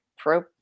pro